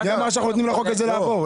מי אמר שאנחנו נותנים לחוק הזה לעבור?